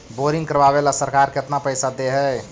Boring करबाबे ल सरकार केतना पैसा दे है?